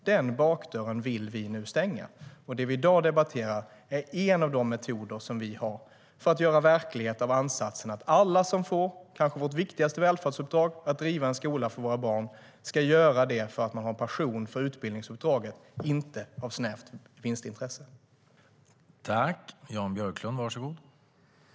Den bakdörren vill vi nu stänga.